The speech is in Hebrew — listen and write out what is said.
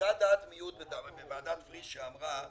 הייתה דעת מיעוט בוועדת פריש שאמרה,